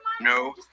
No